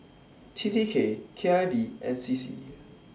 T T K K I V and C C